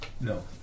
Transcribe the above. No